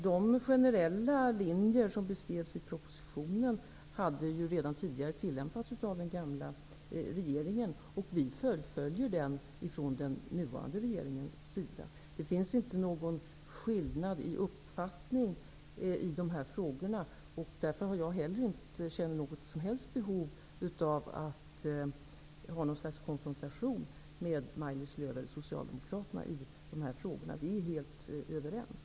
De generella riktlinjer som beskrevs i propositionen tillämpades redan av den tidigare regeringen. Den nuvarande regeringen fullföljer den politiken. Det finns ingen skillnad i uppfattning när det gäller dessa frågor. Därför har jag inte känt något behov av konfrontation med Maj-Lis Lööw och Socialdemokraterna i dessa frågor. Vi är helt överens.